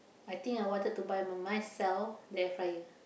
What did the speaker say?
I think I wanted to buy by myself the air-fryer